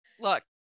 look